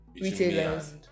retailers